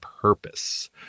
purpose